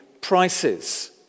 prices